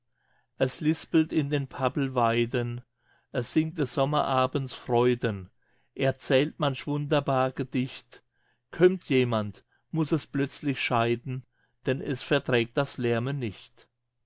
es lispelt in den pappelweiden es singt des sommerabends freuden erzählt manch wunderbar gedicht kömmt jemand muß es plötzlich scheiden denn es verträgt das lärmen nicht